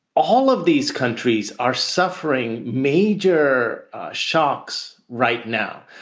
all of these countries are suffering major shocks right now.